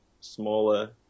smaller